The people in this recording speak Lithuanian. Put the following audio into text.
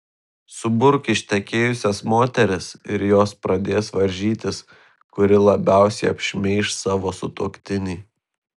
suburk ištekėjusias moteris ir jos pradės varžytis kuri labiausiai apšmeiš savo sutuoktinį